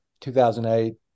2008